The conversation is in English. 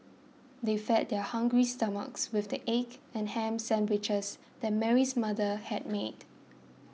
they fed their hungry stomachs with the egg and ham sandwiches that Mary's mother had made